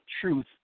truth